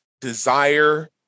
desire